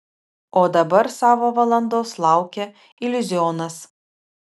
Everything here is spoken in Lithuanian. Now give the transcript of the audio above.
o dabar savo valandos laukia iliuzionas